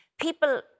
People